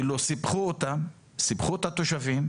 כלומר, סיפחו אותה, סיפחו את התושבים,